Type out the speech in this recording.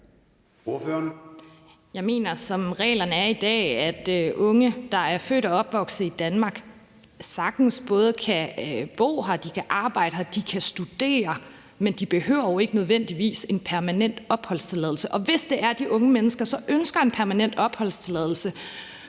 reglerne er i dag, mener jeg, at unge, der er født og opvokset i Danmark, sagtens både kan bo her, arbejde her og studere her, men de behøver jo ikke nødvendigvis en permanent opholdstilladelse. Hvis det er, at de unge mennesker så ønsker en permanent opholdstilladelse,